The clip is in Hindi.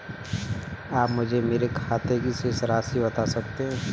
आप मुझे मेरे खाते की शेष राशि बता सकते हैं?